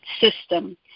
system